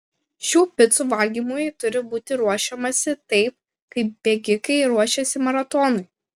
šių picų valgymui turi būti ruošiamasi taip kaip bėgikai ruošiasi maratonui